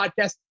podcast